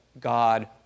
God